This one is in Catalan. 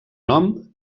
nom